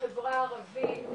בחברה הערבית,